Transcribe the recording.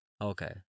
Okay